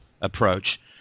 approach